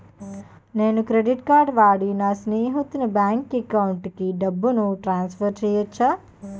నేను credit card వాడి నా స్నేహితుని బ్యాంక్ అకౌంట్ కి డబ్బును ట్రాన్సఫర్ చేయచ్చా?